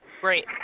Great